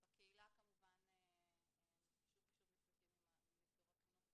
בקהילה כמובן הם שוב ושוב נפלטים ממסגרות חינוך,